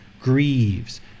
grieves